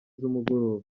z’umugoroba